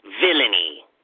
villainy